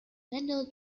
fender